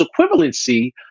equivalency